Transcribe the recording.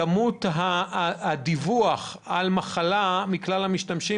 כמות הדיווח על מחלה מכלל המשתמשים